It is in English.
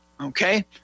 okay